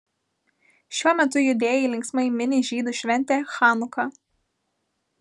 šiuo metu judėjai linksmai mini žydų šventę chanuką